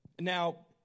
Now